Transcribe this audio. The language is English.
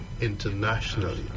internationally